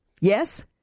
Yes